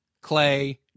Clay